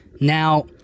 Now